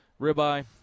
ribeye